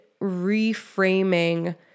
reframing